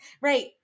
right